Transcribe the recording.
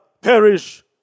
perish